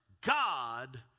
God